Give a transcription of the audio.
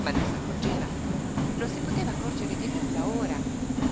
ma non s'accorgeva non si poteva accorgere di nulla ora